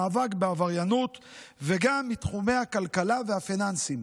מאבק בעבריינות וגם מתחומי הכלכלה והפיננסים.